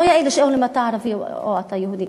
לא יאה לשאול אם אתה ערבי או אתה יהודי.